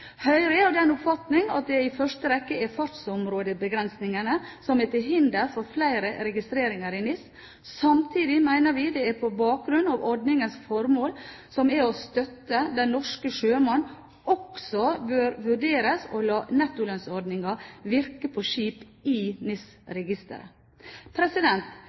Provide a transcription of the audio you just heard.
Høyre er av den oppfatning at det i første rekke er fartsområdebegrensningene som er til hinder for flere registreringer i NIS. Samtidig mener vi at det på bakgrunn av ordningens formål – som er å støtte den norske sjømann – også bør vurderes å la nettolønnsordningen virke på skip i